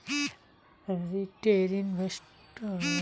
retail investor যারা হই তারা পেরায় ফাল করাং টাকা খাটায়